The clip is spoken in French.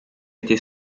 été